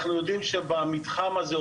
אנחנו יודעים שבמתחם הזה,